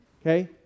Okay